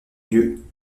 lieux